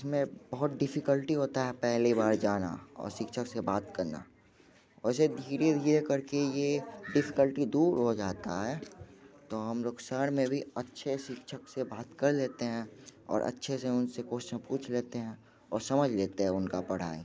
इसमें बहुत डिफिकल्टी होता है पहली बार जाना और शिक्षक से बात करना वैसे धीरे धीरे करके ये डिफिकल्टी दूर हो जाता है तो हम लोग शहर में भी अच्छे से शिक्षक से बात कर लेते हैं और अच्छे से उनसे क्वोश्चन पूछ लेते हैं और समझ लेते हैं उनका पढ़ाई